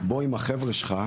בוא עם החברה שלך,